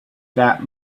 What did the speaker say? that